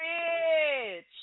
bitch